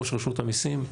ראש רשות המיסים,